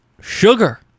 sugar